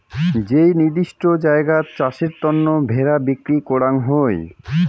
যেই নির্দিষ্ট জায়গাত চাষের তন্ন ভেড়া বিক্রি করাঙ হউ